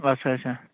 اَچھا اَچھا